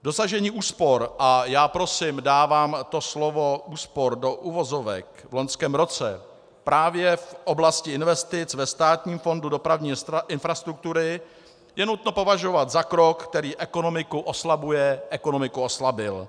Dosažení úspor a já prosím dávám to slovo úspor do uvozovek v loňském roce právě v oblasti investic ve Státním fondu dopravní infrastruktury je nutno považovat za krok, který ekonomiku oslabuje, ekonomiku oslabil.